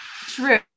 True